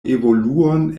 evoluon